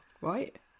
right